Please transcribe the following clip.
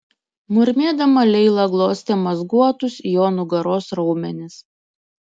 murmėdama leila glostė mazguotus jo nugaros raumenis